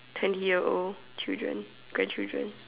twenty year old children grandchildren